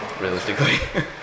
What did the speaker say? realistically